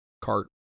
cart